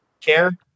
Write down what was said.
care